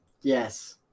yes